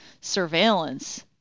surveillance